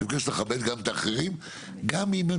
אני מבקש ממך לכבד את האחרים גם אם הם